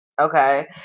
okay